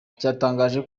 cyatangaje